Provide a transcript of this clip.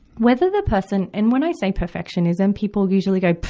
whether the person and when i say perfectionism, people usually go, pfft!